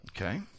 Okay